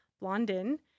Blondin